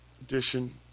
edition